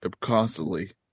constantly